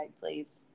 please